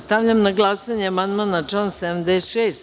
Stavljam na glasanje amandman Srete Perića na član 76.